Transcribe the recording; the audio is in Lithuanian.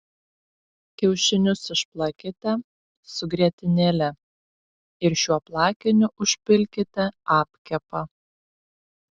kiaušinius išplakite su grietinėle ir šiuo plakiniu užpilkite apkepą